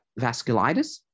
vasculitis